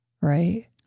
Right